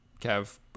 Kev